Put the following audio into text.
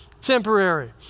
temporary